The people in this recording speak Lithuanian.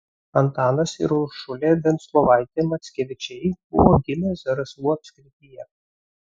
antanas ir uršulė venclovaitė mackevičiai buvo gimę zarasų apskrityje